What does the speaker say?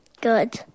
Good